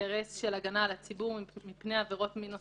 האינטרס של ההגנה על הציבור מפני עבירות מין נוספות,